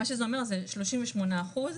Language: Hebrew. מה שזה אומר זה שלושים ושמונה אחוז.